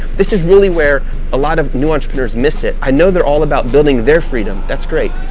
this is really where a lot of new entrepreneurs miss it. i know, they're all about building their freedom, that's great,